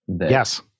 Yes